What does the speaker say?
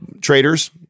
traders